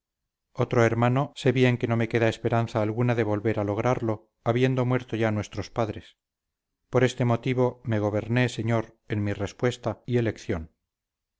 otro hermano sé bien que no me queda esperanza alguna de volver a lograrlo habiendo muerto ya nuestros padres por este motivo me goberné señor en mi respuesta y elección